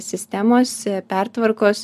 sistemos pertvarkos